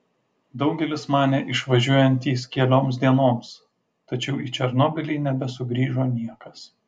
daugelis manė išvažiuojantys kelioms dienoms tačiau į černobylį nebesugrįžo niekas